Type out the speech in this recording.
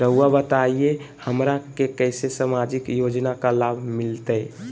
रहुआ बताइए हमरा के कैसे सामाजिक योजना का लाभ मिलते?